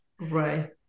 Right